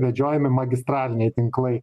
vedžiojami magistraliniai tinklai